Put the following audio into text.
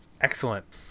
Excellent